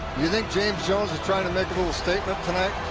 you think james jones is trying to make a little statement tonight?